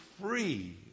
free